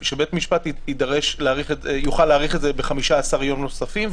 שבית המשפט יוכל להאריך ב-15 ימים נוספים,